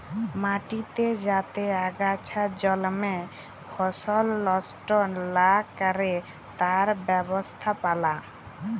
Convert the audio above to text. মাটিতে যাতে আগাছা জল্মে ফসল লস্ট লা ক্যরে তার ব্যবস্থাপালা